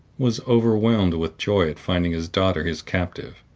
was overwhelmed with joy at finding his daughter his captive.